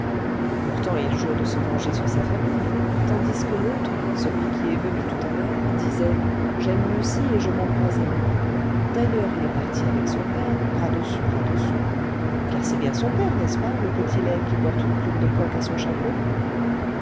pourtant il jure de se venger sur sa famille tandis que l'autre celui qui est venu tout à l'heure disait j'aime lucie et je m'en crois aimé d'ailleurs il est parti avec son père bras dessus bras dessous car c'est bien son père n'est-ce pas le petit laid qui porte une plume de coq à son chapeau